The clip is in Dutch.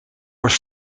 was